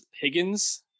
Higgins